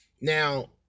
Now